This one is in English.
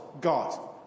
God